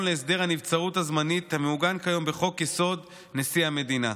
להסדר הנבצרות הזמנית המעוגן כיום בחוק-יסוד: נשיא המדינה.